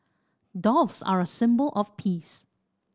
doves are a symbol of peace